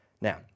Now